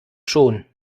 schon